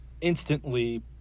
instantly